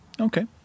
Okay